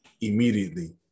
immediately